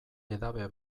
edabe